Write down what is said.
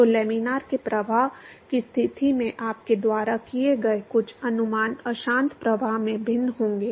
तो लैमिनार के प्रवाह की स्थिति में आपके द्वारा किए गए कुछ अनुमान अशांत प्रवाह में भिन्न होंगे